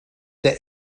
der